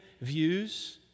views